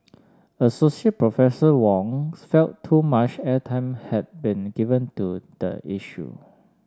associate Professor Wong felt too much airtime had been given to the issue